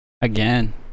again